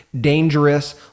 dangerous